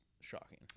shocking